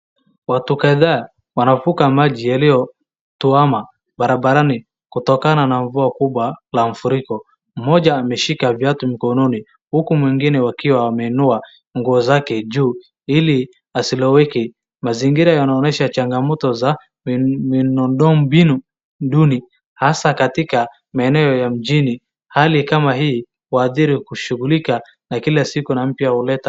Watu kadhaa wanavuka maji yaliyotuama barabarani kutokana na mvua kubwa ya mafuriko, mmoja ameshika viatu mikononi, huku mwingine akiwa ameshika nguo yake juu ili asiloweke. Mazingira yanaonyesha changamoto za mbinu duni hasa katika maeneo ya mjini. Hali kama hii huathiri kushughulika na kila siku huleta.